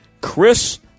Chris